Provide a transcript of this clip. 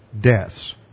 deaths